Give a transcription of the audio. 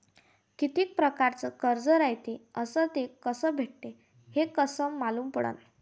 कितीक परकारचं कर्ज रायते अस ते कस भेटते, हे कस मालूम पडनं?